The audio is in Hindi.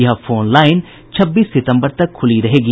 यह फोनलाइन छब्बीस सितम्बर तक खुली रहेगी